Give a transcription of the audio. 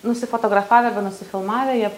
nusifotografavę arba nusifilmavę jie